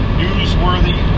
newsworthy